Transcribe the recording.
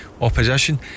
opposition